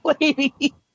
lady